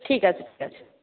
ঠিক আছে ঠিক আছে